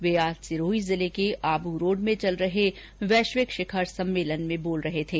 वे आज सिरोही जिले के आबू रोड़ में चल रहे वैश्विक शिखर सम्मेलन में बोल रहे थे